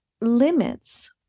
limits